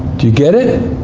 do you get it?